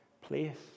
place